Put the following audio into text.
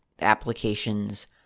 applications